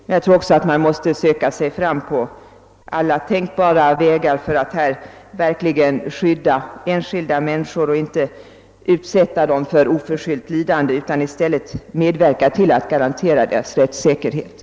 Man måste säkerligen söka sig fram på alla tänkbara vägar för att verkligen kunna skydda enskilda människor och garantera deras rättssäkerhet, så att de inte oförskyllt utsätts för lidande.